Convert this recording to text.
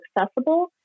accessible